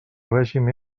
règim